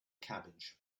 cabbage